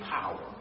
power